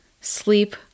sleep